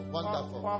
Wonderful